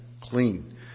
clean